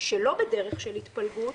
שלא בדרך של התפלגות